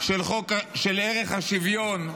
של ערך השוויון,